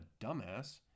dumbass